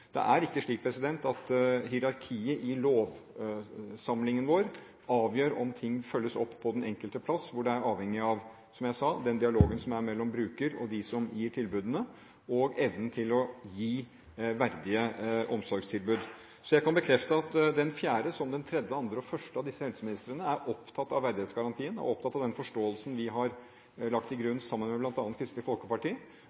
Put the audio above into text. Det er ikke slik at hierarkiet i lovsamlingen vår avgjør om ting følges opp på den enkelte plass. En er avhengig av – som jeg sa – den dialogen som er mellom brukeren og dem som gir tilbudene, og av evnen til å gi verdige omsorgstilbud. Så jeg kan bekrefte at den fjerde, som den tredje, andre og første, av disse helseministrene er opptatt av verdighetsgarantien og av den forståelsen vi har lagt til